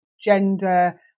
gender